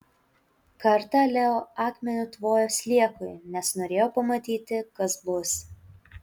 kartą leo akmeniu tvojo sliekui nes norėjo pamatyti kas bus